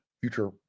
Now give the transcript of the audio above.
Future